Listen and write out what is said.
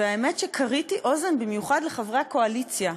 והאמת שכריתי אוזן במיוחד לחברי הקואליציה.